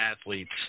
athletes